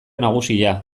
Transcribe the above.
nagusia